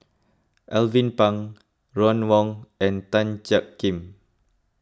Alvin Pang Ron Wong and Tan Jiak Kim